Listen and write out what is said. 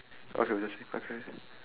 okay we'll s~ okay